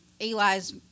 Eli's